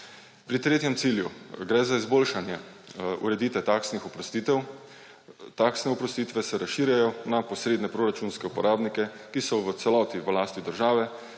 Pri tretjem cilju gre za izboljšanje ureditve taksnih oprostitev. Taksne oprostitve se razširjajo na posredne proračunske uporabnike, ki so v celoti v lasti države,